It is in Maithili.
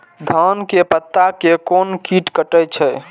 धान के पत्ता के कोन कीट कटे छे?